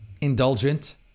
Indulgent